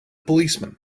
policeman